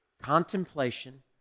Contemplation